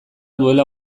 duela